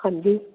हाँ जी